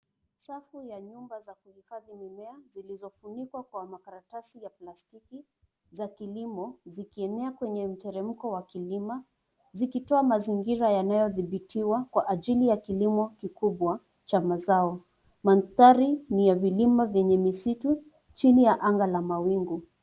Safu ya nyumba za kuhifadhi mimea, zilizofunikwa kwa makaratasi ya plastiki za kilimo, zikienea kwenye mteremko wa kilima, zikitoa mazingira yanayodhibitiwa kwa ajili ya kilimo kikubwa cha mazao. Mandhari ni ya vililma vyenye misitu chini la anga la mawingu.